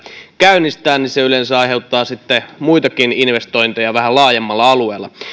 käynnistää se yleensä aiheuttaa sitten muitakin investointeja vähän laajemmalla alueella